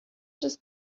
just